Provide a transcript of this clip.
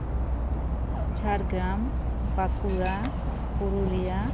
Jhargram Bankura Purulia